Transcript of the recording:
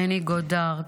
מני גודארד,